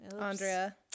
Andrea